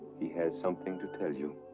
he has something to tell you.